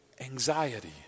anxiety